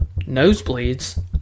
nosebleeds